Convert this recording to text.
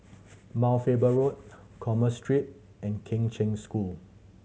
Mount Faber Road Commerce Street and Kheng Cheng School